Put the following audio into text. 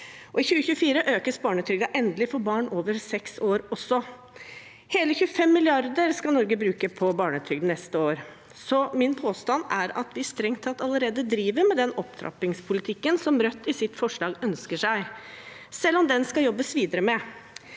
I 2024 økes barnetrygden endelig også for barn over seks år. Hele 25 mrd. kr skal Norge bruke på barnetrygd neste år. Min påstand er at vi strengt tatt allerede driver med den opptrappingspolitikken som Rødt ønsker seg i sitt forslag, selv om den skal jobbes videre med.